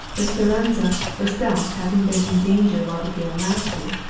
the speranza herself having been in danger while the gale lasted,